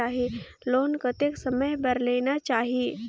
Loan कतेक समय बर लेना चाही?